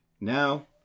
Now